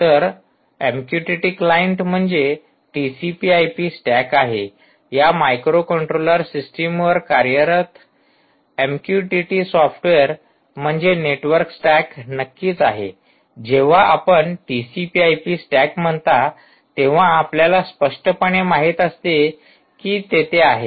तर MQTT client म्हणजे TCP IP stack आहे या मायक्रोकंट्रोलर सिस्टमवर कार्यरत एमक्यूटीटी सॉफ्टवेअर म्हणजे नेटवर्क स्टॅक नक्कीच आहे जेव्हा आपण टीसीपी आय पी स्टॅक म्हणता तेव्हा आपल्याला स्पष्टपणे माहित असते की तेथे आहे